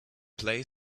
play